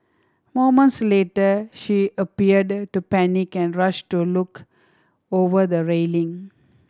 moments later she appeared to panic and rushed to look over the railing